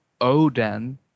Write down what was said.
Odin